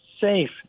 safe